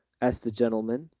asked the gentleman,